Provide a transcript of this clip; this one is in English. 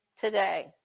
today